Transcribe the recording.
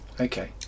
Okay